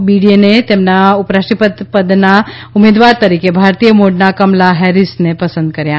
બીડેને તેમના ઉપરાષ્ટ્રપતિ પદના ઉમેદવાર તરીકે ભારતીય મૂળના કમલા હેરીસને પસંદ કર્યા છે